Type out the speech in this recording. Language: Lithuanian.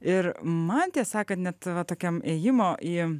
ir man tiesą sakant net tokiam ėjimo į